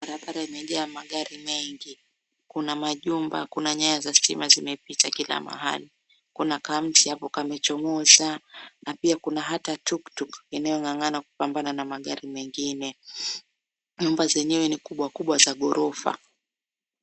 Barabara imejaa magari mengi. kuna majumba. Kuna nyaya za stima zimepita kila mahali .Kuna kamti hapo kamechomoza na hata tuktuk amabayo ina ngangana kupambana na magari mengine. Nyumba zenyewe ni kubwa kubwa za ghorofa.